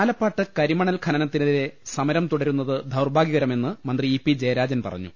ആലപ്പാട്ട് കരിമണൽ ഖനനത്തിനെതിരെ സമരം തുടരുന്നത് ദൌർഭാഗൃക്രമെന്ന് മന്ത്രി ഇ പി ജയരാജൻ പറഞ്ഞു